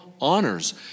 honors